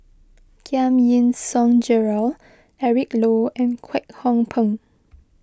Giam Yean Song Gerald Eric Low and Kwek Hong Png